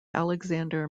alexander